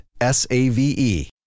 S-A-V-E